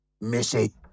Missy